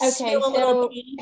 Okay